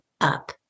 up